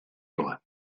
rhywle